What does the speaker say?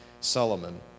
Solomon